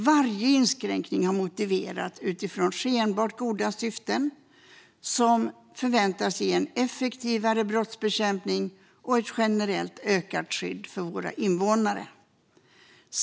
Varje inskränkning har motiverats utifrån skenbart goda syften som att den förväntats ge en effektivare brottsbekämpning och ett generellt ökat skydd för våra invånare.